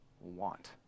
want